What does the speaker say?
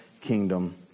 kingdom